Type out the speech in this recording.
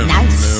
nice